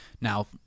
Now